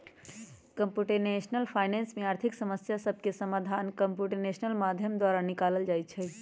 computational finance में आर्थिक समस्या सभके समाधान कंप्यूटेशनल माध्यम द्वारा निकालल जाइ छइ